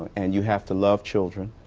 and you have to love children.